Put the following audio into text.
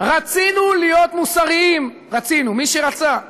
רצינו להיות מוסריים, רצינו, מי שרצה,